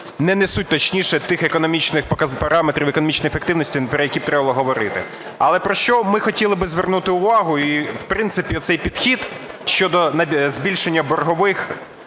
не несуть тих економічних параметрів економічної ефективності про які треба говорити. Але про що ми хотіли би звернути увагу і в принципі цей підхід щодо збільшення боргових